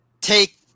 take